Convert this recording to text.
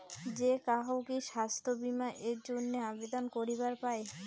যে কাহো কি স্বাস্থ্য বীমা এর জইন্যে আবেদন করিবার পায়?